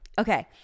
Okay